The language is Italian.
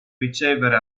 ricevere